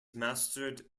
mastered